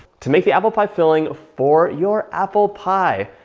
to make the apple pie filling for your apple pie.